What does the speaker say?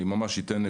אני אתן ממש נקודות,